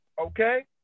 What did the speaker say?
Okay